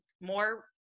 more